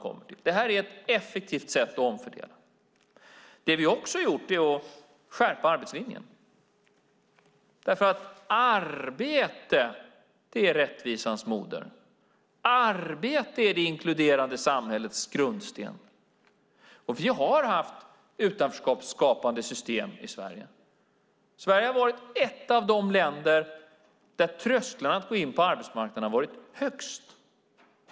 Detta är ett effektivt sätt att omfördela. Det som vi också har gjort är att skärpa arbetslinjen därför att arbete är rättvisans moder. Arbete är det inkluderande samhällets grundsten. Vi har haft utanförskapsskapande system i Sverige. Sverige har varit ett av de länder där trösklarna att gå in på arbetsmarknaden har varit högst.